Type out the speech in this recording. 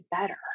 better